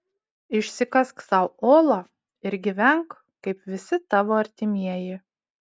išsikask sau olą ir gyvenk kaip visi tavo artimieji